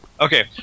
Okay